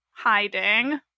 hiding